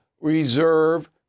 reserve